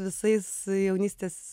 visais jaunystės